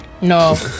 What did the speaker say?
No